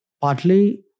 partly